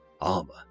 armor